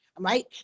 right